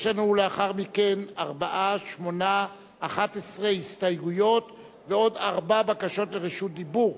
יש לנו לאחר מכן 11 הסתייגויות ועוד ארבע בקשות לרשות דיבור,